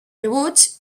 rebuts